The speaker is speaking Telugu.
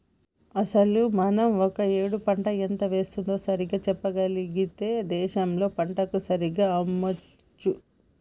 అసలు మనం ఒక ఏడు పంట ఎంత వేస్తుందో సరిగ్గా చెప్పగలిగితే దేశంలో పంటను సరిగ్గా అమ్మొచ్చు